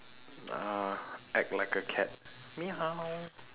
uh act like a cat meow